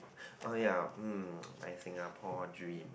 oh ya hmm I Singapore dream ah